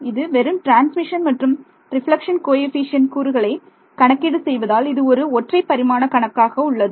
இது வெறும் டிரான்ஸ்மிஷன் மற்றும் ரெப்லக்ஷன் கோஎஃபீஷியேன்ட் கூறுகளை கணக்கீடு செய்வதால் இது ஒரு ஒற்றைப் பரிமாண கணக்காக உள்ளது